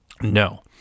No